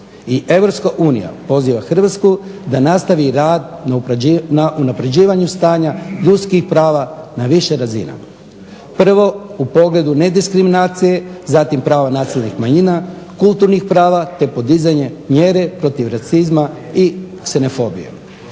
I Europska unija poziva Hrvatsku da nastavi rad na unapređivanju stanja, ljudskih prava na više razina. Prvo, u pogledu nediskriminacije, zatim prava nacionalnih manjina, kulturnih prava te podizanje mjere protiv rasizma i ksenofobije.